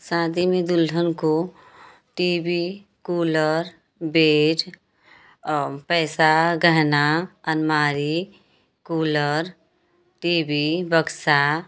शादी में दुल्हन को टी वी कूलर बेज औ पैसा गहना अलमारी कूलर टी वी बक्सा